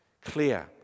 clear